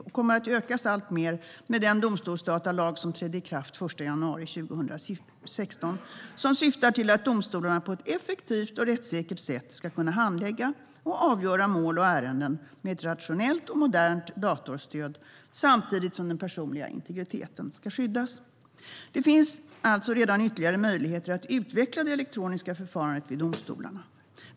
Detta kommer att öka alltmer med den domstolsdatalag som trädde i kraft den 1 januari 2016, som syftar till att domstolarna på ett effektivt och rättssäkert sätt ska kunna handlägga och avgöra mål och ärenden med ett rationellt och modernt datorstöd samtidigt som den personliga integriteten skyddas. Det finns alltså redan ytterligare möjligheter att utveckla det elektroniska förfarandet vid domstolarna.